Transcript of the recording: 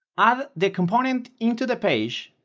add the component into the page,